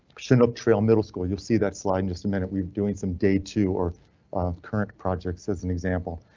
so then up trail middle school you'll see that slide in just a minute. we're doing some day two or current projects as an example.